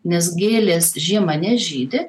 nes gėlės žiemą nežydi